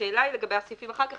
השאלה היא לגבי הסעיפים אחר כך,